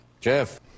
Jeff